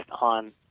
on